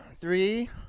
three